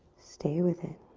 stay with it.